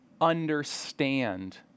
understand